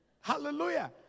hallelujah